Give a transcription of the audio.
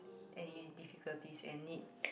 any difficulties and need